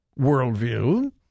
worldview